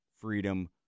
freedom